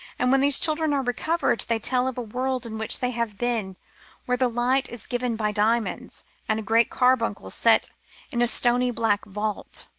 and when these children are recovered they tell of a world in which they have been where the light is given by diamonds and a great carbuncle set in a stony black vault.